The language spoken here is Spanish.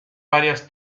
varias